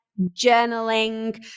journaling